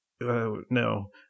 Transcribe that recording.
no